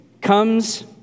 comes